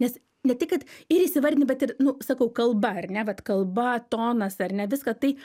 nes ne tik kad ir įsivardini bet ir nu sakau kalba ar ne vat kalba tonas ar ne viską tai